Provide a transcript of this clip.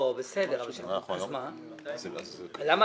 מה קרה